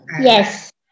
Yes